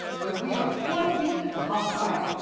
when we are four feet and a half high,